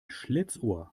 schlitzohr